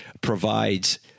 provides